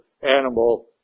animal